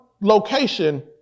location